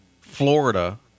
Florida